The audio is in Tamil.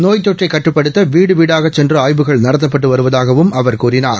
நோய்த்தொற்றை கட்டுப்படுத்த வீடு வீடாகச் சென்று ஆய்வுகள் நடத்தப்பட்டு வருவதாகவும் அவர் கூறினார்